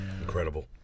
incredible